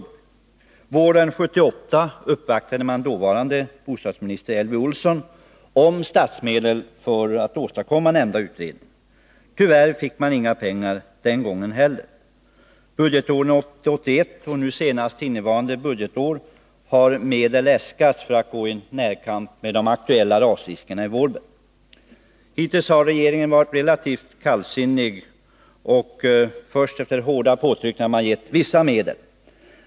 Våren 1978 uppvaktade man dåvarande bostadsministern Elvy Olsson om statsmedel för att åstadkomma nämnda utredning. Tyvärr fick man inte några pengar den gången heller. Budgetåret 1980/81 och nu senast innevarande budgetår har medel äskats för att man skall kunna gå i närkamp med de aktuella rasriskerna i Vålberg. Hittills har regeringen varit relativt kallsinnig, och först efter hårda påtryckningar har man beviljat vissa medel.